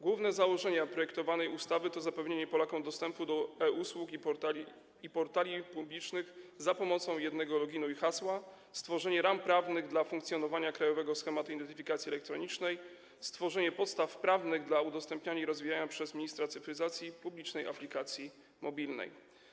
Główne założenia projektowanej ustawy to zapewnienie Polakom dostępu do e-usług i portali publicznych za pomocą jednego loginu i hasła, stworzenie ram prawnych dla funkcjonowania krajowego schematu identyfikacji elektronicznej, stworzenie podstaw prawnych dla udostępniania i rozwijania przez ministra cyfryzacji publicznej aplikacji mobilnej.